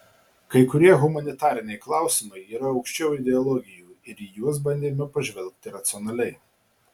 kai kurie humanitariniai klausimai yra aukščiau ideologijų ir į juos bandėme pažvelgti racionaliai